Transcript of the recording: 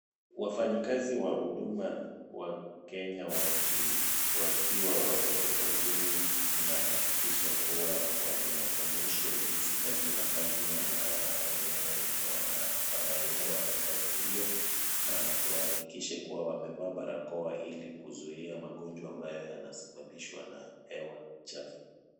Wafanyikazi wa huduma wa Kenya wakiwa wako kazini wanahakikisha kuwa wameonyeshwa jinsi kazi inafanywa na wenye wanaelewa kazi hiyo na kuhakikisha kuwa wamevaa barakoa ili kuzuia magonjwa ambayo yanasababishwa na hewa chafu.